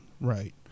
right